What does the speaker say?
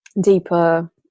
deeper